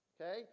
Okay